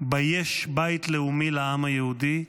שבה יש בית לאומי לעם היהודי,